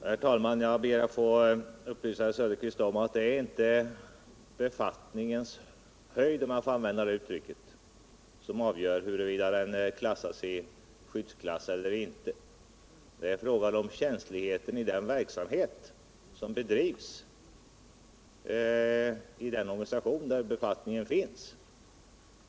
Herr talman! Jag ber att få upplysa herr Söderqvist om att det inte är befattningens höjd, om jag får använda det uttrycket, som avgör huruvida den klassas i skyddsklass eller inte. Det är fråga om känsligheten i den bedrivna verksamheten inom den organisation där befattningen finns.